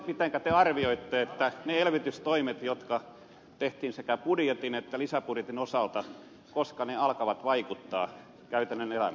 mitenkä te arvioitte koska ne elvytystoimet jotka tehtiin sekä budjetin että lisäbudjetin osalta alkavat vaikuttaa käytännön elämässä